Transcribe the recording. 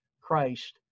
Christ